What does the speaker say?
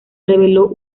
reveló